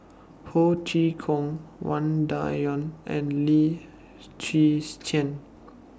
Ho Chee Kong Wang Dayuan and Lim Chwee Chian